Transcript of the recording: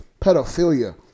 pedophilia